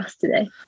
today